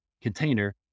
container